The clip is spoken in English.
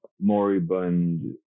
moribund